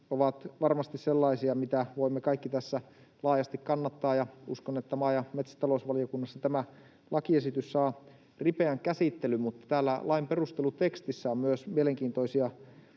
ovat varmasti sellaisia, mitä voimme kaikki tässä laajasti kannattaa, ja uskon, että maa- ja metsätalousvaliokunnassa tämä lakiesitys saa ripeän käsittelyn. Mutta lain perustelutekstissä on myös mielenkiintoisia